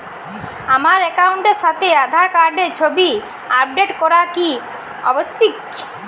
আমার অ্যাকাউন্টের সাথে আধার কার্ডের ছবি আপলোড করা কি আবশ্যিক?